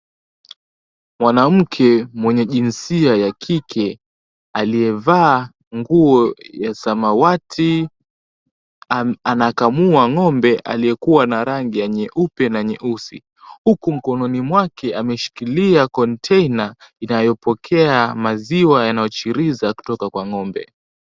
Mwanamke mwenye jinsia ya kike aliyevaa nguo ya samawati anakamua ng'ombe aliyekua na rangi nyeupe na nyeusi huku mkononi mwake ameshikilia kontena inayopokea maziwa yanayochiriza kutoka kwa ng'ombe.